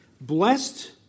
Blessed